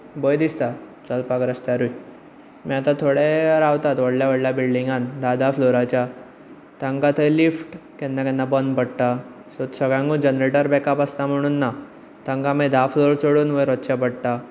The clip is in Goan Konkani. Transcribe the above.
भंय दिसता चलपाक रस्त्यारूय मागीर आतां थोडे रावतात व्हडल्या व्हडल्या बिल्डीगांत धा धा फ्लोराच्या तांकां थंय लिफ्ट केन्ना केन्ना बंद पडटा तर सगळ्यांकूच जनेरेटर बॅकअप आसता म्हणून ना तांकां मागीर धा फ्लोर चडून वयर वचचें पडटा